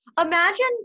Imagine